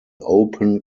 open